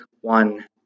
one